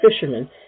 fishermen